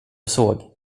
såg